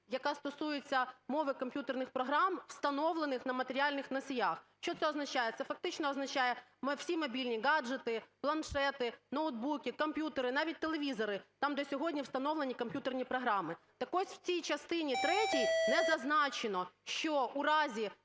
яка стосується мови комп'ютерних програм, встановлених на матеріальних носіях. Що це означає? Це фактично означає всі мобільні гаджети, планшети, ноутбуки, комп'ютери, навіть телевізори, там, де сьогодні встановлені комп'ютерні програми, так ось, в цій частині третій не зазначено, що у разі,